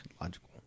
Logical